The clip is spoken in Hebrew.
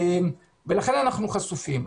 ולכן אנחנו חשופים.